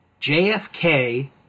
JFK